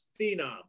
phenom